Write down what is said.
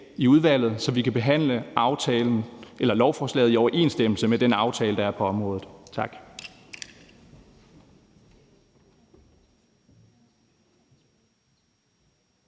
i udvalget, så vi kan behandle lovforslaget i overensstemmelse med den aftale, der er på området. Tak.